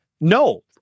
No